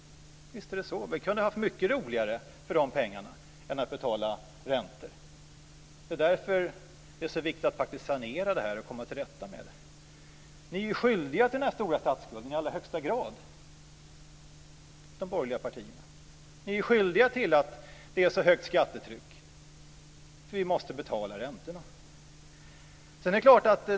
Vi kunde ha haft mycket roligare för de pengarna än att betala räntor. Det är därför som det är så viktigt att komma till rätta med statsskulden. De borgerliga partierna är i allra högsta grad skyldiga till den här stora statsskulden. Ni är skyldiga till det höga skattetrycket, ty vi måste betala räntorna.